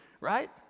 right